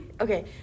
Okay